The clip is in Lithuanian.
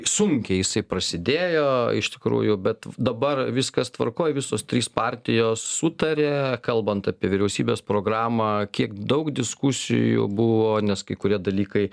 sunkiai jisai prasidėjo iš tikrųjų bet dabar viskas tvarkoj visos trys partijos sutarė kalbant apie vyriausybės programą kiek daug diskusijų buvo nes kai kurie dalykai